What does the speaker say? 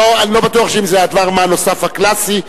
אני לא בטוח שאם זה הדבר-מה הנוסף הקלאסי,